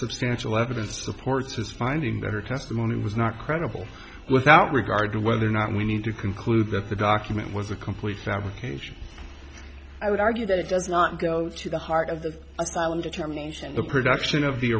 substantial evidence supports his finding better testimony was not credible without regard to whether or not we need to conclude that the document was a complete fabrication i would argue that it does not go to the heart of the asylum determination the production of the